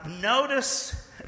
notice